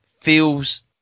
feels